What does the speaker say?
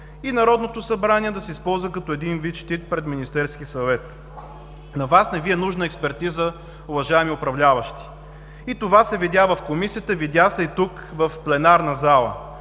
и Народното събрание да се използва като един вид щит пред Министерския съвет. На Вас не Ви е нужна експертиза, уважаеми управляващи! И това се видя в Комисията, видя се и тук в пленарната зала.